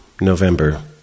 November